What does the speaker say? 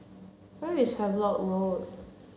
where is Havelock Road